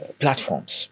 platforms